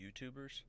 YouTubers